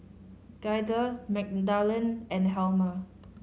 Gaither Magdalen and Helmer